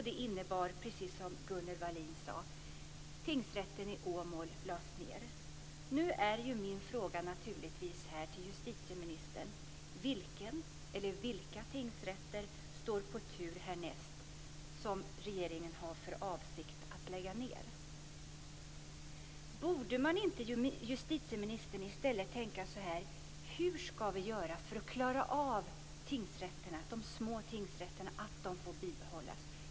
Det innebar, precis som Gunnel Wallin sade, att Tingsrätten i Åmål lades ned. Vilken eller vilka tingsrätter står på tur härnäst som regeringen har för avsikt att lägga ned? Borde man inte, justitieministern, i stället tänka så här: Hur skall vi göra för att klara att de små tingsrätterna får bibehållas?